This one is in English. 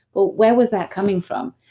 but where was that coming from?